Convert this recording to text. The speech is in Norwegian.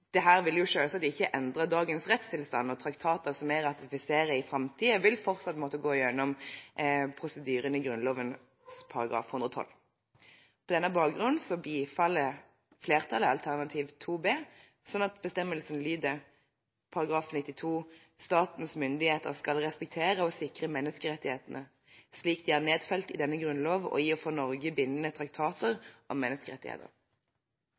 vil selvsagt ikke endre dagens rettstilstand, og traktater som vi ratifiserer i framtiden, vil fortsatt måtte gå gjennom prosedyren i Grunnloven § 112. På denne bakgrunn bifaller flertallet alternativ 2 B, sånn at bestemmelsen lyder: «§ 92 Statens myndigheter skal respektere og sikre menneskrettighetene slik de er nedfelt i denne grunnlov og i for Norge bindende traktater om menneskerettigheter.»